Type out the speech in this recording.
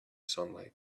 sunlight